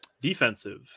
defensive